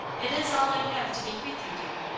it is all i have to bequeath you, dear.